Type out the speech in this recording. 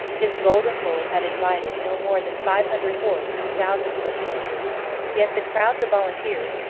his golden bull had invited no more than five hundred horse and a thousand foot soldiers yet the crowds of volunteers,